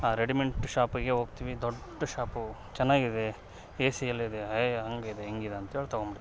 ಆ ರೆಡಿಮೆಂಟ್ ಶಾಪ್ಗೆ ಹೋಗ್ತಿವಿ ದೊಡ್ಡ ಶಾಪು ಚೆನ್ನಾಗಿದೆ ಎಸಿ ಎಲ್ಲ ಇದೆ ಅಯ್ ಹಂಗಿದೆ ಹಿಂಗಿದೆ ಅಂತ ಹೇಳಿ ತಗೊಂಬಿಡ್ತಿವಿ